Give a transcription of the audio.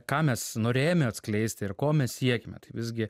ką mes norėjome atskleisti ir ko mes siekėme tai visgi